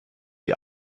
die